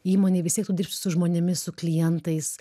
įmonėj vis tiek tu dirbsi su žmonėmis su klientais